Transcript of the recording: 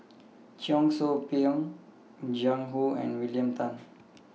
Cheong Soo Pieng Jiang Hu and William Tan